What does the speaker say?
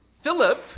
Philip